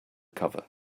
cover